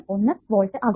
1 volt ആകും